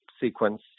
sequence